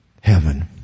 heaven